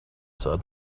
said